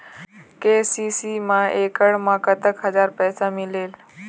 KCC मा एकड़ मा कतक हजार पैसा मिलेल?